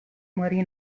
morì